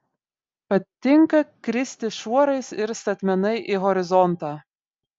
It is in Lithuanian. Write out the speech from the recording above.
patinka kristi šuorais ir statmenai į horizontą